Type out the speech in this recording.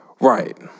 right